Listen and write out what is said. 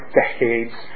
decades